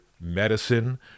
medicine